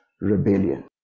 rebellion